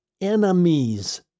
enemies